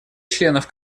членов